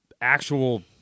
actual